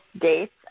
dates